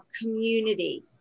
community